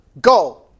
Go